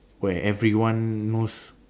where everyone knows